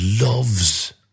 loves